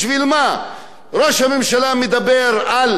ראש הממשלה מדבר על שתי מדינות,